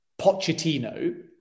pochettino